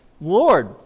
Lord